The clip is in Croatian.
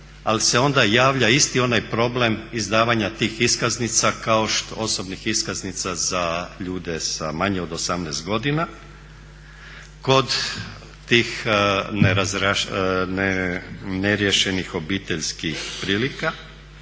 ali se onda javlja isti onaj problem izdavanja tih osobnih iskaznica za ljude sa manje od 18 godina kod tih neriješenih obiteljskih prilika.